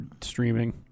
streaming